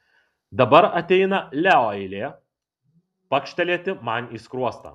dabar ateina leo eilė pakštelėti man į skruostą